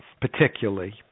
particularly